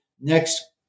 Next